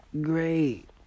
Great